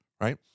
right